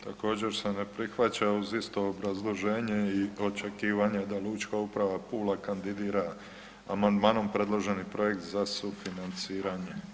Također se ne prihvaća uz isto obrazloženje i očekivanje da Lučka uprava Pula kandidira amandmanom predloženi projekt za sufinanciranje.